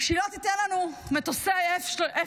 שהיא לא תיתן לנו מטוסי F16,